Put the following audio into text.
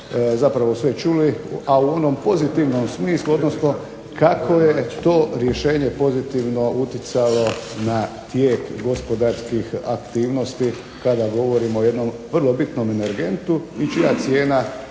zapravo sve čuli, a u onom pozitivnom smislu, odnsono kako je to rješenje pozitivno utjecalo na tijek gospodarskih aktivnosti kada govorimo o jednom vrlo bitnom energentu i čija cijena